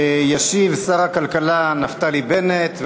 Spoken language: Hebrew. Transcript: ישיב שר הכלכלה נפתלי בנט.